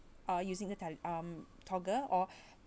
or using the tel~ um talker or